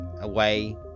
away